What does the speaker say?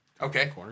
Okay